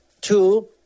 Two